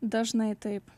dažnai taip